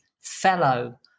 fellow